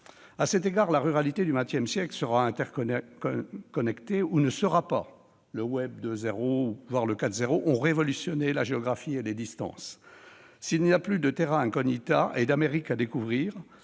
À cet égard, la ruralité du XXI siècle sera interconnectée ou ne sera pas. Le web 2.0, voire le 4.0, a révolutionné la géographie et les distances. S'il n'y a plus de ni d'Amérique à découvrir,